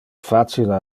facile